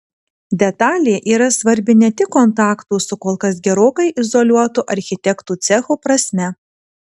detalė yra svarbi ne tik kontaktų su kol kas gerokai izoliuotu architektų cechu prasme